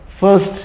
first